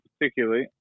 particularly